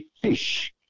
fish